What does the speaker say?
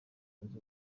zunze